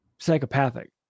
psychopathic